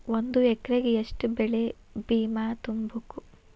ಒಂದ್ ಎಕ್ರೆಗ ಯೆಷ್ಟ್ ಬೆಳೆ ಬಿಮಾ ತುಂಬುಕು?